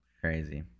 crazy